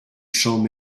champ